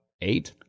Eight